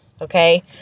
Okay